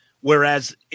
whereas